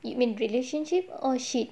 you mean relationship or shit